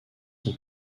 son